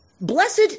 Blessed